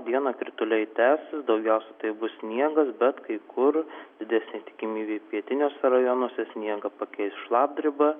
dieną krituliai tęsis daugiausia tai bus sniegas bet kai kur didesnė tikimybė pietiniuose rajonuose sniegą pakeis šlapdriba